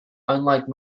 unlike